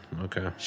Okay